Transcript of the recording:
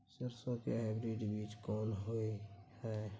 सरसो के हाइब्रिड बीज कोन होय है?